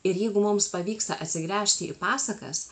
ir jeigu mums pavyksta atsigręžti į pasakas